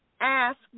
Ask